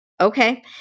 okay